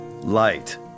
light